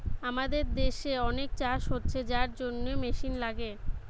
আমাদের দেশে অনেক চাষ হচ্ছে যার জন্যে মেশিন লাগে